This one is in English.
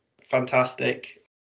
fantastic